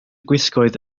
gwisgoedd